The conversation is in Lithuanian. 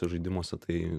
žaidimuose tai